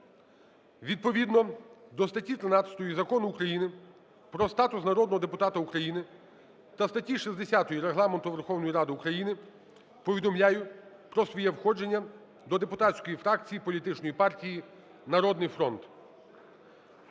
"Відповідно до статті 13 Закону України "Про статус народного депутата України" та статті 60 Регламенту Верховної Ради України повідомляю про своє входження до депутатської фракції політичної партії "Народний фронт".